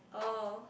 oh